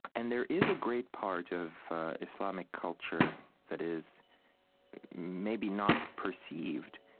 and there is a great part of islamic culture that is maybe not perceived.